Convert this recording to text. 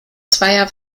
zweier